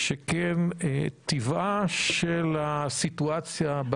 שכן טבעה של הסיטואציה בה